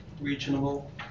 reasonable